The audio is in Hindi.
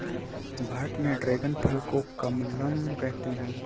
भारत में ड्रेगन फल को कमलम कहते है